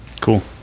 Cool